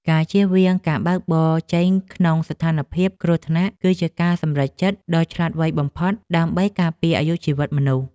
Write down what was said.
ការជៀសវាងការបើកបរជែងក្នុងស្ថានភាពគ្រោះថ្នាក់គឺជាការសម្រេចចិត្តដ៏ឆ្លាតវៃបំផុតដើម្បីការពារអាយុជីវិតមនុស្ស។